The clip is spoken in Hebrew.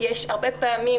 הרבה פעמים